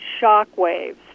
shockwaves